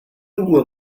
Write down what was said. will